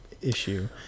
issue